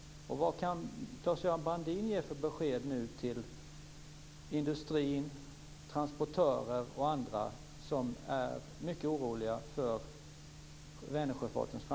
Vad kan Claes-Göran Brandin nu ge för besked till industri, transportörer och andra som är mycket oroliga för